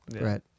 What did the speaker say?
Right